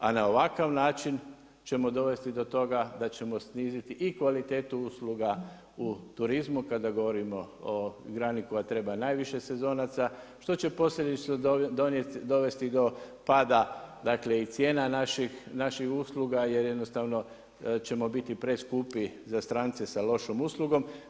A na ovakav način ćemo dovesti do toga da ćemo sniziti i kvalitetu usluga u turizmu kada govorimo o grani koja treba najviše sezonaca što će posljedično dovesti do pada dakle i cijena naših usluga, jer jednostavno ćemo biti preskupi za strance sa lošom uslugom.